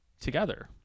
together